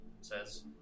says